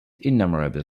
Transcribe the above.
innumerable